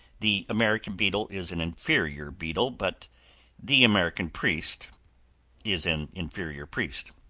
the american beetle is an inferior beetle, but the american priest is an inferior priest.